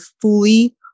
fully